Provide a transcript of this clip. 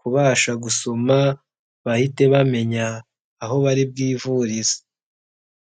kubasha gusoma bahite bamenya bari bwivurize.